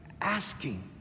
asking